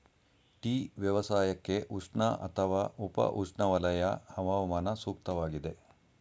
tea ವ್ಯವಸಾಯಕ್ಕೆ ಉಷ್ಣ ಅಥವಾ ಉಪ ಉಷ್ಣವಲಯ ಹವಾಮಾನ ಸೂಕ್ತವಾಗಿದೆ